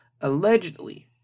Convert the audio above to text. allegedly